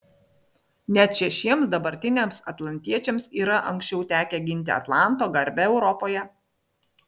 net šešiems dabartiniams atlantiečiams yra anksčiau tekę ginti atlanto garbę europoje